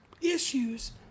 issues